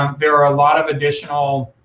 um there are a lot of additional